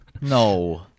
No